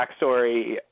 backstory